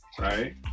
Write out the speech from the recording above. right